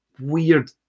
weird